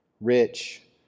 rich